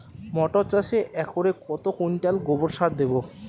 মটর চাষে একরে কত কুইন্টাল গোবরসার দেবো?